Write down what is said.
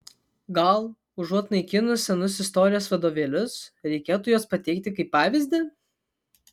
gal užuot naikinus senus istorijos vadovėlius reikėtų juos pateikti kaip pavyzdį